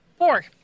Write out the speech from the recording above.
Four